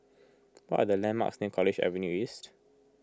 what are the landmarks near College Avenue East